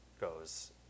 goes